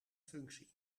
functie